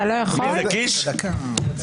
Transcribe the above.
קארין,